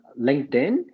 LinkedIn